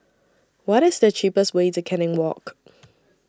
What IS The cheapest Way to Canning Walk